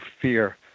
fear